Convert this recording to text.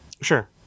Sure